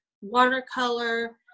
watercolor